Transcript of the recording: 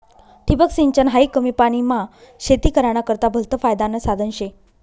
ठिबक सिंचन हायी कमी पानीमा शेती कराना करता भलतं फायदानं साधन शे